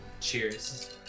cheers